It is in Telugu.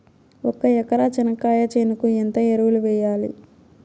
ఒక ఎకరా చెనక్కాయ చేనుకు ఎంత ఎరువులు వెయ్యాలి?